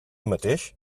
mateix